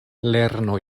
lernu